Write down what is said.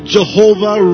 Jehovah